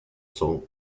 cents